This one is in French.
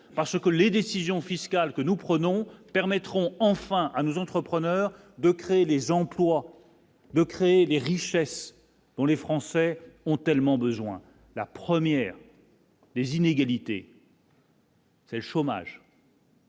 parce que les décisions fiscales que nous prenons permettront enfin, à nous entrepreneurs, de créer des emplois. De créer des richesses pour les Français ont tellement besoin, la première, les inégalités. C'est le chômage.